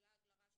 זה לעג לרש.